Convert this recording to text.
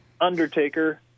Undertaker